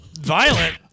violent